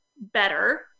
better